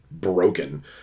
broken